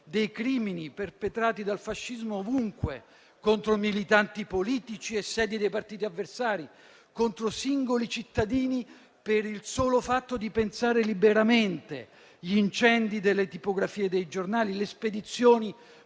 dei crimini perpetrati dal fascismo ovunque, contro militanti politici e sedi dei partiti avversari contro singoli cittadini per il solo fatto di pensare liberamente: gli incendi delle tipografie dei giornali, le spedizioni